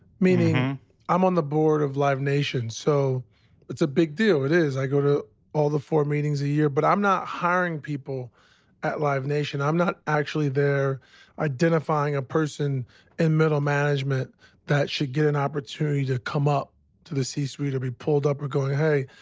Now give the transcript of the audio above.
meaning i'm on the board of live nation. so it's a big deal. it is. i go to all the four meetings a year. but i'm not hiring people at live nation. i'm not actually there identifying a person in middle management that should get an opportunity to come up to the c-suite or be pulled up or going, hey,